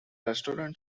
restaurant